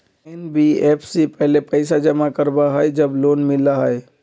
NBFC पहले पईसा जमा करवहई जब लोन मिलहई?